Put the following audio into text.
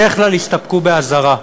בדרך כלל הסתפקו באזהרה,